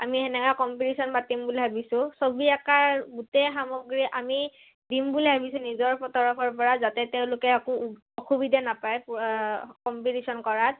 আমি তেনেকৈ কম্পিটিশ্যন পাতিম বুলি ভাবিছোঁ ছবি অঁকাৰ গোটেই সামগ্ৰী আমি দিম বুলি ভাবিছোঁ নিজৰ তৰফৰ পৰা যাতে তেওঁলোকে একো অসুবিধা নাপায় কম্পিটিশ্যন কৰাত